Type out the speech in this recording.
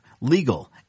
legal